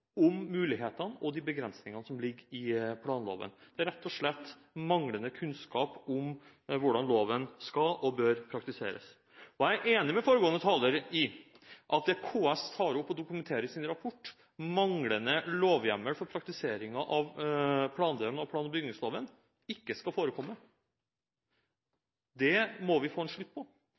om mulighetene og begrensningene som ligger i planloven. Det er rett og slett manglende kunnskap om hvordan loven skal og bør praktiseres. Jeg er enig med foregående taler i at det KS tar opp og dokumenterer i sin rapport om manglende lovhjemler for praktiseringen av plandelen av plan- og bygningsloven, ikke skal forekomme. Det må vi få en slutt på.